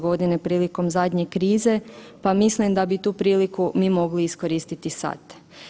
Godine prilikom zadnje krize pa mislim da bi tu priliku mi mogli iskoristiti sad.